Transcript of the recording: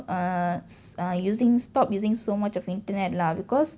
err s~ err using stop using so much of internet lah because